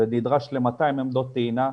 ונדרש ל-200 עמדות טעינה,